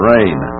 rain